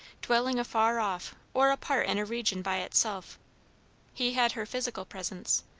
dwelling afar off, or apart in a region by itself he had her physical presence,